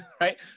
right